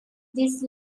this